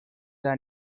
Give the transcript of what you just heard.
are